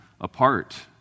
apart